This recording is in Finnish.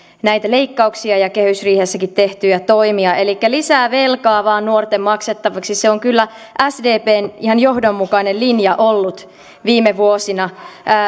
näitä leikkauksia ja kehysriihessäkin tehtyjä toimia lisää velkaa vaan nuorten maksettavaksi se on kyllä sdpn ihan johdonmukainen linja ollut viime vuosina